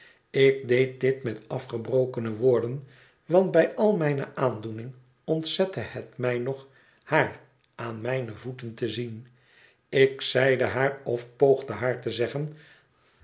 ik deed dit met afgebrokene woorden want bij al mijne aandoening ontzette het mij nog haar aan m ij ne voeten te zien ik zeide haar of poogde haar te zeggen